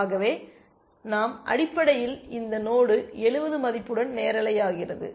ஆகவே நாம் அடிப்படையில் இந்த நோடு 70 மதிப்புடன் நேரலையாகிறது